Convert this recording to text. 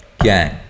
Gang